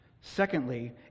Secondly